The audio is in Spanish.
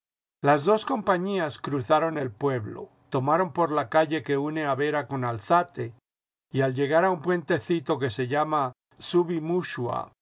las dos compañías cruzaron el pueblo tomaron por la calle que une a vera con álzate y ai llegar a un puentecito que se llama subi